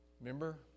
Remember